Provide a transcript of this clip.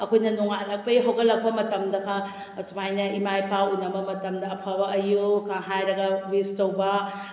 ꯑꯩꯈꯣꯏꯅ ꯅꯣꯡꯉꯥꯜꯂꯛꯄꯩ ꯍꯧꯒꯠꯄ ꯃꯇꯝꯗꯒ ꯑꯁꯨꯃꯥꯏꯅ ꯏꯃꯥ ꯏꯄꯥ ꯎꯅꯕ ꯃꯇꯝꯗ ꯑꯐꯕ ꯑꯌꯨꯛꯀ ꯍꯥꯏꯔꯒ ꯋꯤꯁ ꯇꯧꯕ